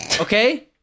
Okay